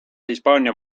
hispaania